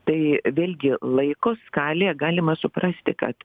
tai vėlgi laiko skalėje galima suprasti kad